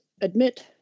admit